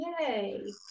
Yay